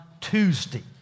Tuesday